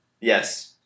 Yes